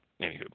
anywho